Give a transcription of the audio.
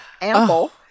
ample